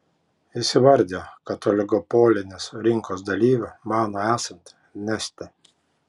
jis įvardijo kad oligopolinės rinkos dalyviu mano esant neste